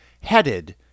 headed